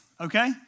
okay